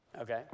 okay